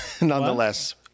nonetheless